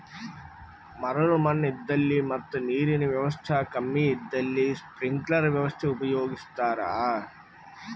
ಮರಳ್ ಮಣ್ಣ್ ಇದ್ದಲ್ಲಿ ಮತ್ ನೀರಿನ್ ವ್ಯವಸ್ತಾ ಕಮ್ಮಿ ಇದ್ದಲ್ಲಿ ಸ್ಪ್ರಿಂಕ್ಲರ್ ವ್ಯವಸ್ಥೆ ಉಪಯೋಗಿಸ್ತಾರಾ